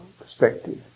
perspective